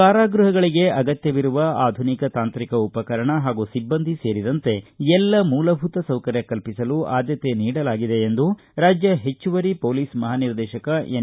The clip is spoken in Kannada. ಕಾರಾಗೃಹಗಳಿಗೆ ಅಗತ್ಯವಿರುವ ಆಧುನಿಕ ತಾಂತ್ರಿಕ ಉಪಕರಣ ಹಾಗೂ ಸಿಬ್ಬಂದಿ ಸೇರಿದಂತೆ ಎಲ್ಲ ಮೂಲಭೂತ ಸೌಕರ್ಯ ಕಲ್ಪಿಸಲು ಆದ್ದತೆ ನೀಡಲಾಗಿದೆ ಎಂದು ರಾಜ್ಯ ಹೆಚ್ಚುವರಿ ಮೊಲೀಸ್ ಮಹಾನಿರ್ದೇಶಕ ಎನ್